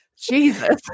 jesus